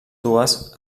dues